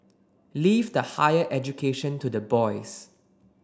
leave the higher education to the boys